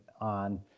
on